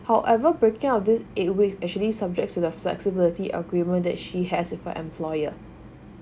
however breaking out this eight weeks actually subject to the flexibility agreement that she has with her employer